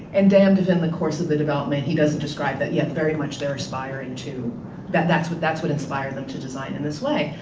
and damned if in the course of the development he doesn't describe that, yeah, very much they're aspiring to that that's what that's what inspired them to design in this way.